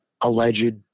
alleged